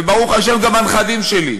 וברוך השם גם הנכדים שלי.